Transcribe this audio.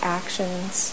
actions